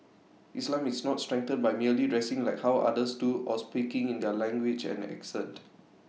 islam is not strengthened by merely dressing like how others do or speaking in their language and accent